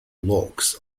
locks